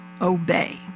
obey